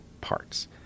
parts